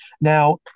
Now